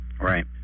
right